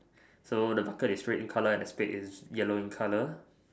so the bucket is red in colour and the spade is yellow in colour